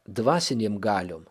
dvasinėm galiom